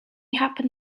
happen